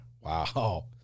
Wow